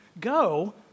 Go